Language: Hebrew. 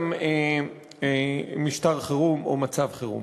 גם משטר חירום או מצב חירום.